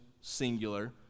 singular